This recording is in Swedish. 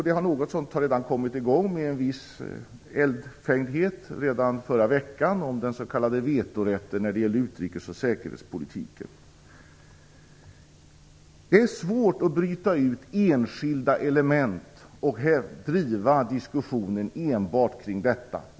Detta har redan kommit i gång med en viss eldfängdhet i förra veckan genom diskussionen om den s.k. vetorätten när det gäller utrikes och säkerhetspolitiken. Det är svårt att bryta ut enskilda element och driva diskussionen enbart kring dessa.